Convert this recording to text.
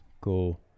cool